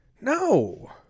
No